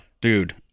Dude